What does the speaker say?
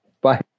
Bye